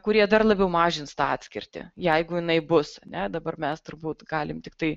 kurie dar labiau mažins tą atskirtį jeigu jinai bus ne dabar mes turbūt galim tiktai